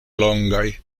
longaj